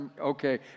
Okay